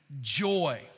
joy